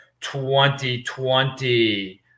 2020